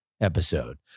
episode